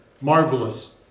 Marvelous